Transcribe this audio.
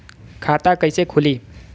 खाता कईसे खुली?